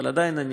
אבל עדיין אני